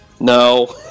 No